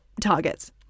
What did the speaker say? targets